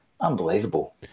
unbelievable